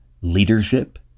Leadership